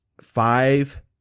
five